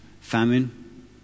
famine